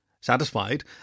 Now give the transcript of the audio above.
Satisfied